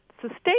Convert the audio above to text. sustain